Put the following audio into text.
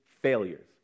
failures